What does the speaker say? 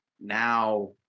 now